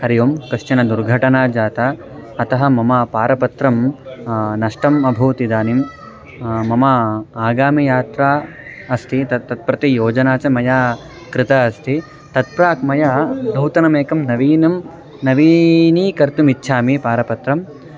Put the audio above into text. हरि ओं कश्चन दुर्घटना जाता अतः मम पारपत्रं नष्टम् अभूत् इदानीं मम आगामी यात्रा अस्ति तत् तत् प्रति योजना च मया कृता अस्ति तत् प्राक् मया नूतनमेकं नवीनं नवीकर्तुमिच्छामि पारपत्रम्